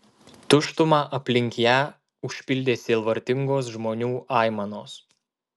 tuštumą aplink ją užpildė sielvartingos žmonių aimanos